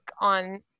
on